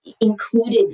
included